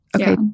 Okay